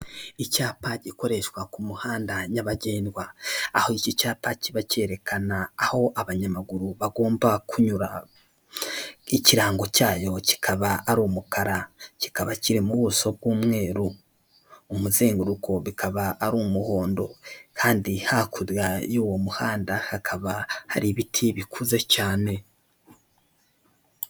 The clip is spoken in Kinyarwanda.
Icyapa gikoreshwa ku muhanda nyabagendwa, aho iki cyapa kiba cyerekana aho abanyamaguru bagomba kunyura, Ikirango cyayo kikaba ari umukara, kikaba kiri mu buso bw'umweru umuzenguruko bikaba ari umuhondo kandi hakurya y'uwo muhanda hakaba hari ibiti bikuze cyane.